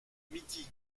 midi